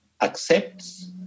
accepts